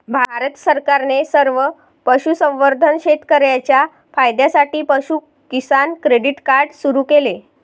भारत सरकारने सर्व पशुसंवर्धन शेतकर्यांच्या फायद्यासाठी पशु किसान क्रेडिट कार्ड सुरू केले